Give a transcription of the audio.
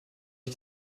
ich